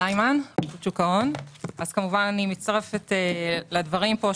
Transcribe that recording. אני מצטרפת לדברים שנאמרו פה,